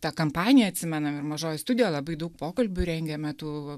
ta kampanija atsimenam ir mažoji studija labai daug pokalbių rengėme tų